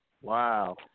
Wow